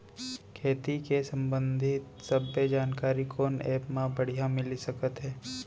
खेती के संबंधित सब्बे जानकारी कोन एप मा बढ़िया मिलिस सकत हे?